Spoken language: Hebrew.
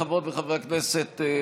חברות וחברי הכנסת,